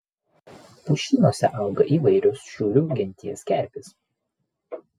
pušynuose auga įvairios šiurių genties kerpės